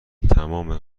تمام